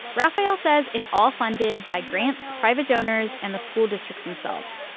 but rafael says it's all funded by grants, private donors and the school districts themselves.